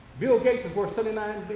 bill gates is worth seventy nine